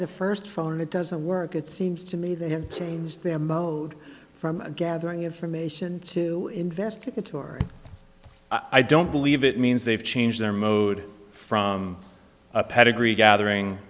the first phone it doesn't work it seems to me they have changed their mode from gathering information to investigate or i don't believe it means they've changed their mode from a pedigree gathering